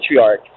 matriarch